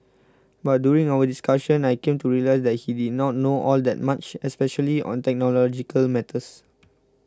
but during our discussion I came to realise that he did not know all that much especially on technological matters